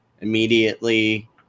immediately